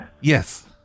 Yes